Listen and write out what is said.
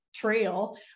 trail